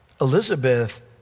Elizabeth